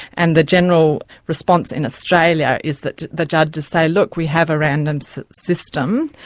and the general response in australia is that the judges say, look, we have a random system,